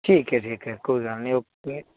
ਠੀਕ ਹੈ ਠੀਕ ਹੈ ਕੋਈ ਗੱਲ ਨਹੀਂ ਓਕੇ